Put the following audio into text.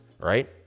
Right